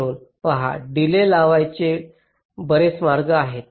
म्हणून पहा डिलेज लावण्याचे बरेच मार्ग आहेत